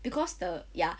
because the ya